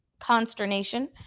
consternation